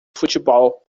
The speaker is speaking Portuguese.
futebol